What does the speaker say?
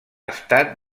estat